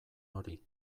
hori